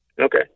Okay